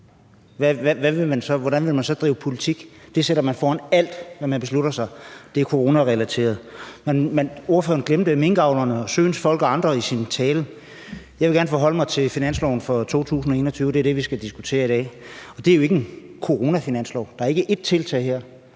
Hvordan vil man så drive politik? Man sætter det foran alt. Alt, hvad man beslutter, er coronarelateret. Men ordføreren glemte minkavlerne og søens folk og andre i sin tale. Jeg vil gerne forholde mig til finansloven for 2021 – det er det, vi skal diskutere i dag – og det er jo ikke en coronafinanslov; der er ikke ét tiltag her,